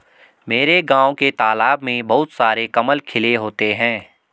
मेरे गांव के तालाब में बहुत सारे कमल खिले होते हैं